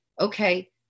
Okay